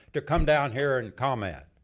to come down here and comment.